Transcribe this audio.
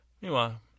Meanwhile